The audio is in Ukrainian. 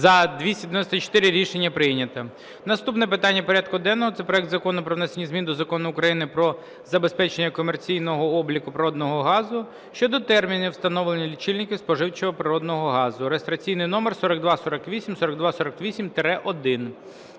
За-294 Рішення прийнято. Наступне питання порядку денного – це проект Закону про внесення змін до Закону України "Про забезпечення комерційного обліку природного газу" щодо термінів встановлення лічильників споживачам природного газу (реєстраційний номер 4248, 4248-1).